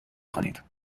خوانید